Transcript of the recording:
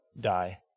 die